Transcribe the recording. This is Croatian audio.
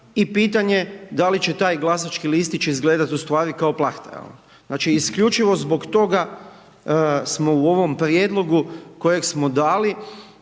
i pitanje da li će taj glasački listić izgledat ustvari kao plahta? Znači, isključivo zbog toga smo u ovom prijedlogu kojeg smo dali,